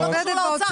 זה לא קשור לאוצר.